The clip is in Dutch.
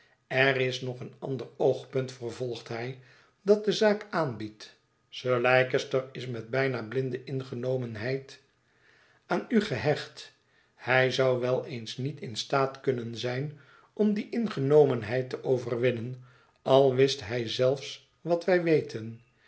lr is nog een ander oogpunt vervolgt hij dat de zaak aanbiedt sir leicester is met bijna blinde ingenomenheid aan u gehecht hij zou wel eens niet in staat kunnen zijn om die ingenomenheid te overwinnen al wist hij zelfs wat wij weten